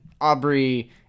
aubrey